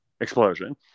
explosion